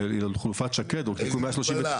ועל חלופת שקד או תיקון --- איזו מגבלה?